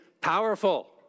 powerful